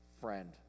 friend